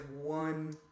one